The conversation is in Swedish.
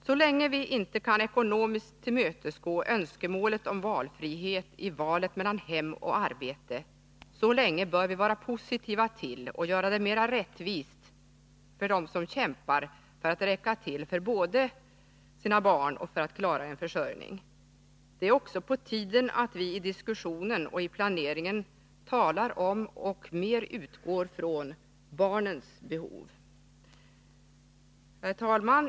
Så länge vi inte kan ekonomiskt tillmötesgå önskemålet om valfrihet i valet mellan hem och arbete, så länge bör vi vara positiva till och göra det mera rättvist för dem som kämpar för att räcka till både för sina barn och för att klara en försörjning. Det är också på tiden att vi i diskussionen och i planeringen talar om och mer utgår från barnens behov. Herr talman!